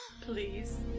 please